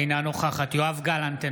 אינה נוכחת יואב גלנט,